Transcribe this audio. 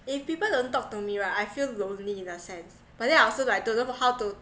if people don't talk to me right I feel lonely in a sense but then I also like don't know how to